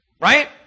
Right